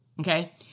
Okay